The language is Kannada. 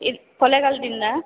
ಇಲ್ಲಿ ಕೊಳ್ಳೇಗಾಲದಿಂದ